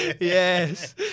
Yes